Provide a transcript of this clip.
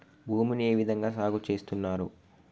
భూమిని ఏ విధంగా సాగు చేస్తున్నారు?